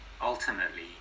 ultimately